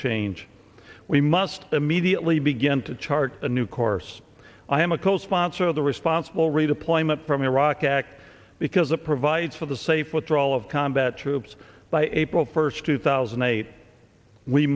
change we must immediately begin to chart a new course i am a co sponsor of the responsible redeployment from iraq act because it provides for the safe withdrawal of combat troops by april first two thousand and eight we